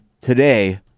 Today